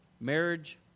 marriage